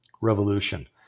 revolution